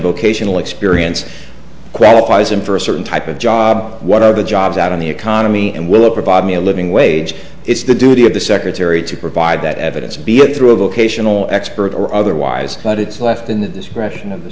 vocational experience qualifies him for a certain type of job what are the jobs out in the economy and will provide me a living wage it's the duty of the secretary to provide that evidence be it through a vocational expert or otherwise but it's left in the discretion of the